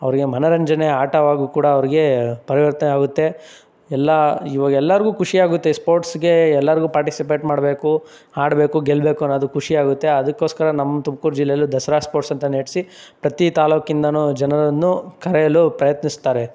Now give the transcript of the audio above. ಅವ್ರಿಗೆ ಮನರಂಜನೆ ಆಟವಾಗೂ ಕೂಡ ಅವ್ರಿಗೆ ಪರಿವರ್ತನೆ ಆಗುತ್ತೆ ಎಲ್ಲ ಇವಾಗ ಎಲ್ಲರಿಗೂ ಖುಷಿಯಾಗುತ್ತೆ ಸ್ಪೋರ್ಟ್ಸ್ಗೆ ಎಲ್ಲರಿಗೂ ಪಾರ್ಟಿಸಿಪೇಟ್ ಮಾಡಬೇಕು ಆಡಬೇಕು ಗೆಲ್ಲಬೇಕು ಅನ್ನೋದು ಖುಷಿಯಾಗುತ್ತೆ ಅದಕ್ಕೋಸ್ಕರ ನಮ್ಮ ತುಮ್ಕೂರು ಜಿಲ್ಲೇಲೂ ದಸರಾ ಸ್ಪೋರ್ಟ್ಸ್ ಅಂತ ನೆಡೆಸಿ ಪ್ರತಿ ತಾಲೂಕಿಂದನೂ ಜನರನ್ನು ಕರೆಯಲು ಪ್ರಯತ್ನಿಸ್ತಾರೆ